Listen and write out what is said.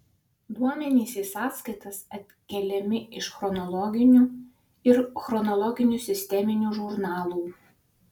duomenys į sąskaitas atkeliami iš chronologinių ir chronologinių sisteminių žurnalų